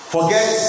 Forget